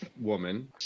woman